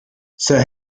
sir